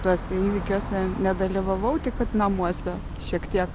tuose įvykiuose nedalyvavau tik kad namuose šiek tiek